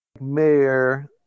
mayor